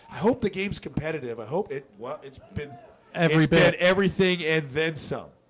i hope the game's competitive. i hope it it's been every bad everything advent some